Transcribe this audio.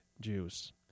juice